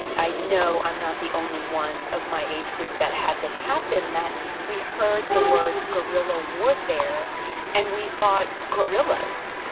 i know i'm not the only one of my age group that had this happen, that we heard the words guerrilla warfare and we thought gorillas,